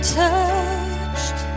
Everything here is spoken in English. touched